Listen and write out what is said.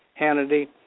Hannity